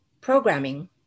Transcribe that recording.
programming